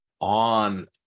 on